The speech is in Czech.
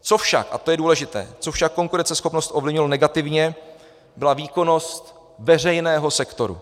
Co však, a to je důležité, co však konkurenceschopnost ovlivnilo negativně, byla výkonnost veřejného sektoru.